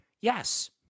yes